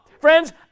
Friends